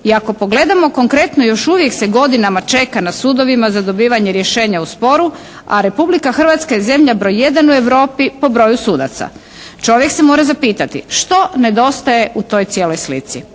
i ako pogledamo konkretno još uvijek se godinama čeka na sudovima za dobivanje rješenja o sporu a Republika Hrvatska je zemlja broj jedan u Europi po broju sudaca. Čovjek se mora zapitati što nedostaje u toj cijeloj slici.